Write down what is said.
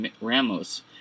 Ramos